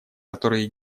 которые